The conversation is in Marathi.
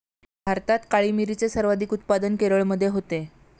भारतात काळी मिरीचे सर्वाधिक उत्पादन केरळमध्ये होते